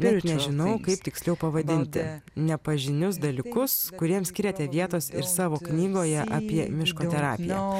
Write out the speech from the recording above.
tai ir nežinau kaip tiksliau pavadinti nepažinius dalykus kuriems skiriate vietos ir savo knygoje apie miško terapiją